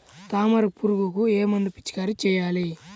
తామర పురుగుకు ఏ మందు పిచికారీ చేయాలి?